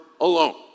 alone